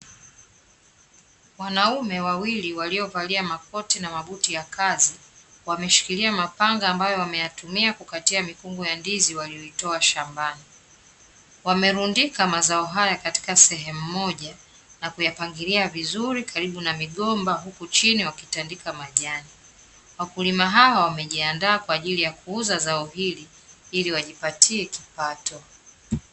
Wanaume wawili waliovalia makoti na mabuti ya kazi wameshikilia mapanga ambayo wameyatumia kukatia mikungu ya ndizi walioitoa shambani, wamerundika mazao haya katika sehemu moja na kuyapangilia vizuri karibu na migomba huku chini wakitandika majani, wakulima hawa wamejiandaa kwa ajili ya kuuza zao hili ili wajipatie kipato .